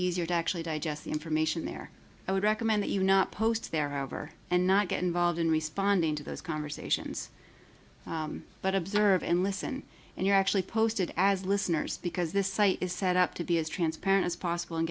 easier to actually digest the information there i would recommend that you not post there however and not get involved in responding to those conversations but observe and listen and you're actually posted as listeners because this site is set up to be as transparent as possible and